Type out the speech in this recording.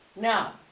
Now